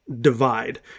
divide